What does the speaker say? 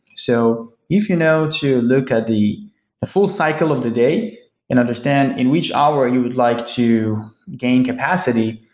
so if you know to look at the the full cycle of the day and understand in which hour you would like to gain capacity,